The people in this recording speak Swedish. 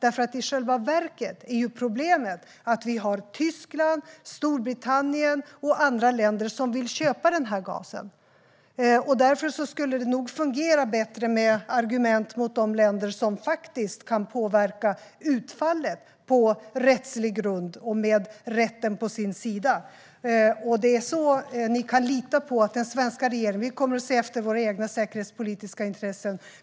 I själva verket är problemet att vi har Tyskland, Storbritannien och andra länder som vill köpa denna gas. Därför skulle det nog fungera bättre med argument mot de länder som faktiskt kan påverka utfallet på rättslig grund och med rätten på sin sida. Ni kan lita på att den svenska regeringen kommer att se efter våra egna säkerhetspolitiska intressen.